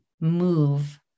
move